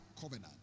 covenant